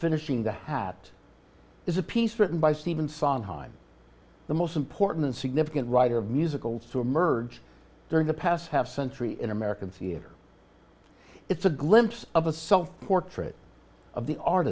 finishing the hat is a piece written by stephen sondheim the most important and significant writer of musicals to emerge during the past half century in american theater it's a glimpse of a self portrait of the art